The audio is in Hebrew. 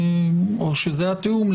או שזה התיאום,